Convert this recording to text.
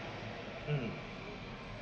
mm